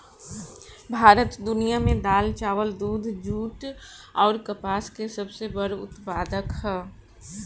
भारत दुनिया में दाल चावल दूध जूट आउर कपास के सबसे बड़ उत्पादक ह